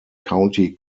county